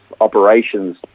operations